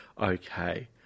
okay